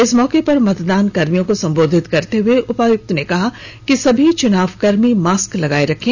इस मौके पर मतदान कर्मियों को सम्बोधित करते हुए उपायुक्त ने कहा कि सभी चुनाव कर्मी मास्क लगाए रखें